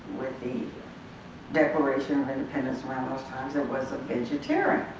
with the declaration of independence, around those times, that was a vegetarian?